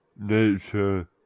nature